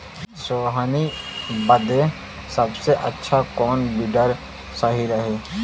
सोहनी बदे सबसे अच्छा कौन वीडर सही रही?